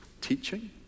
teaching